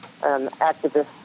activist